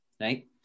right